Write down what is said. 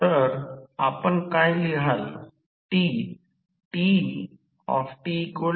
तर आपण काय लिहाल